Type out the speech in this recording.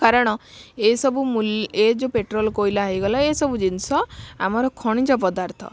କାରଣ ଏଇ ସବୁ ମୂଲ୍ୟ ଏ ଯେଉଁ ପେଟ୍ରୋଲ କୋଇଲା ହେଇଗଲା ଏ ସବୁ ଜିନିଷ ଆମର ଖଣିଜ ପଦାର୍ଥ